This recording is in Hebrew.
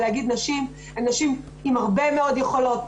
להגיד שנשים הן נשים עם הרבה מאוד יכולות,